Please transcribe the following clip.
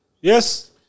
Yes